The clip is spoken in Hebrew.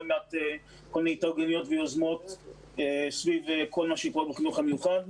מיני התארגנויות ויוזמות סביב כל מה שקורה בחינוך המיוחד.